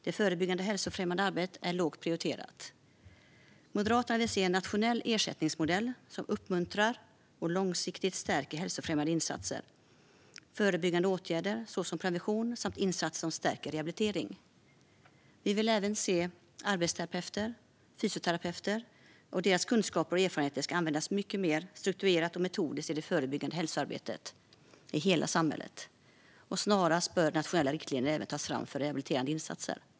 Det förebyggande hälsofrämjande arbetet är lågt prioriterat. Moderaterna vill se en nationell ersättningsmodell som uppmuntrar och långsiktigt stärker hälsofrämjande insatser, förebyggande åtgärder såsom prevention samt insatser som stärker rehabilitering. Vi vill även se att arbetsterapeuternas och fysioterapeuternas kunskaper och erfarenheter används mer strukturerat och metodiskt i det förebyggande hälsoarbetet i hela samhället. Snarast bör nationella riktlinjer tas fram även för rehabiliterande insatser.